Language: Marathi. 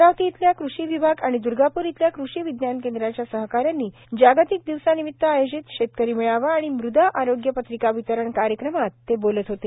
अमरावती इथल्या कृषी विभाग आणि द्र्गाप्र इथल्या कृषी विज्ञान केंद्राच्या सहकाऱ्यांनी जागतिक दिवसानिमित आयोजित शेतकरी मेळावा आणि मृद आरोग्य पत्रिका वितरण कार्यक्रमात ते बोलत होते